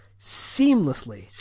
seamlessly